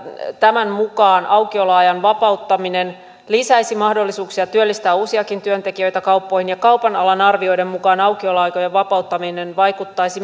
tämän mukaan aukioloajan vapauttaminen lisäisi mahdollisuuksia työllistää uusiakin työntekijöitä kauppoihin ja kaupan alan arvioiden mukaan aukioloaikojen vapauttaminen vaikuttaisi